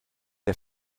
der